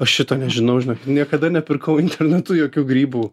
aš šito nežinau žinokit niekada nepirkau internetu jokių grybų